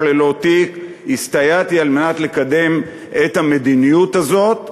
ללא תיק על מנת לקדם את המדיניות הזאת,